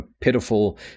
pitiful